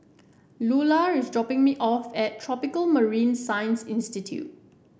Lular is dropping me off at Tropical Marine Science Institute